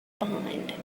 behind